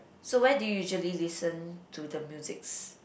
so where do you usually listen to the musics